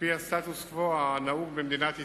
על-פי הסטטוס-קוו הנהוג במדינת ישראל,